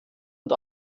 und